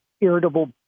irritable